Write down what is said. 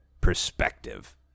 perspective